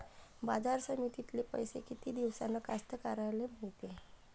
बाजार समितीतले पैशे किती दिवसानं कास्तकाराइले मिळते?